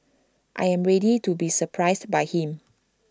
I am ready to be surprised by him